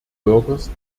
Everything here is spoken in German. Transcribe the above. bürgers